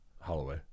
Holloway